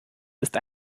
ist